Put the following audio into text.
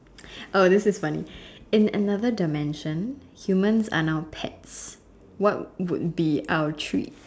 oh this is funny in another dimension humans are now pets what would be our treat